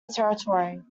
territory